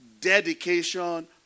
dedication